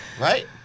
Right